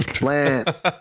Lance